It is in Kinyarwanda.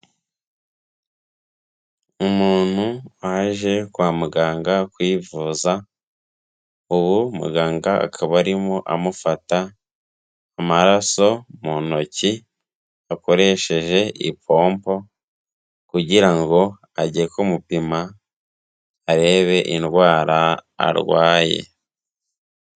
Umuntu waje kwa muganga kwivuza, ubu muganga akaba arimo amufata amaraso mu ntoki akoresheje ipompo, kugira ngo ajye kumupima arebe indwara arwaye.